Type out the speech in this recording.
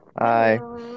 Hi